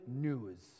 news